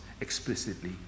explicitly